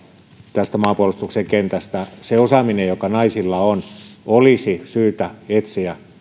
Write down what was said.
tästä maanpuolustuksen kentästä sille osaamiselle joka naisilla on olisi syytä etsiä